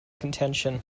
contention